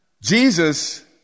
Jesus